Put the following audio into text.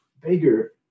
bigger